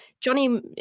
Johnny